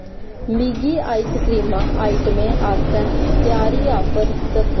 मिगी आइसक्रीमां आइटमें आस्तै त्यहारी आफर दस्सो